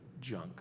junk